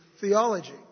theology